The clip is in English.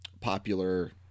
popular